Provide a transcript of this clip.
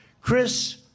Chris